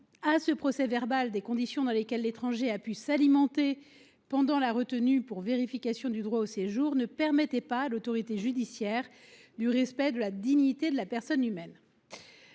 à ce procès verbal des conditions dans lesquelles l’étranger a pu s’alimenter pendant la retenue pour vérification du droit au séjour ne permettait pas à l’autorité judiciaire de garantir le respect de la dignité de la personne humaine.